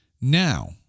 Now